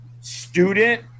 student